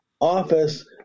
office